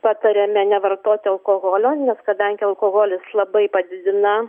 patariame nevartoti alkoholio nes kadangi alkoholis labai padidina